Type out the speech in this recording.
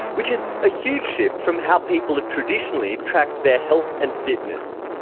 which is a huge shift from how people have traditionally tracked their health and fitness.